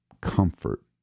comfort